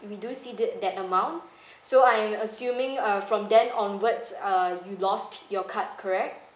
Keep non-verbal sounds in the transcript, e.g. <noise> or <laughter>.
we do see thi~ that amount <breath> so I'm assuming uh from then onwards uh you lost your card correct